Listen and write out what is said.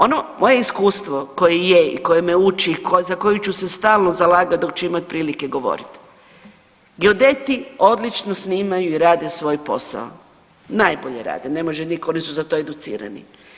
Ono, moje iskustvo koje je i koje me uči i za koje ću se stalno zalagat dok ću imat prilike govorit, geodeti odlično snimaju i rade svoj posao, najbolje rade, ne može nitko, oni su za to educirani.